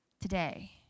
today